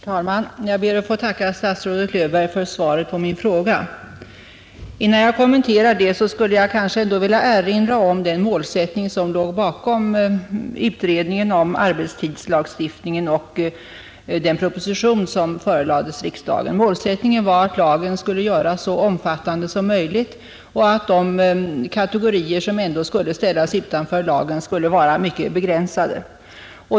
Herr talman! Jag ber att få tacka statsrådet Löfberg för svaret på min fråga. Innan jag kommenterar svaret vill jag erinra om den målsättning som låg bakom utredningen om arbetstidslagstiftningen och den proposition som sedan förelades riksdagen. Målsättningen var att lagen skulle göras så omfattande som möjligt och att de kategorier som ändå ställdes utanför lagen skulle vara mycket begränsade.